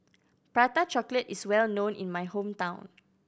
Prata Chocolate is well known in my hometown